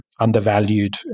undervalued